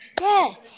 Yes